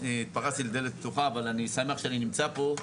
התפרצתי לדלת פתוחה אבל אני שמח שאני נמצא פה.